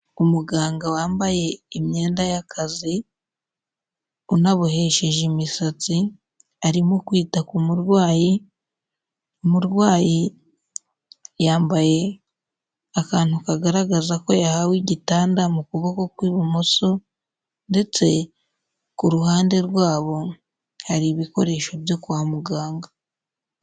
Umuganga wambaye imyenda y'akazi unabohesheje imisatsi arimo kwita ku murwayi, umurwayi yambaye akantu kagaragaza ko yahawe igitanda mu kuboko kw'ibumoso ndetse ku ruhande rwabo hari ibikoresho byo kwa muganga.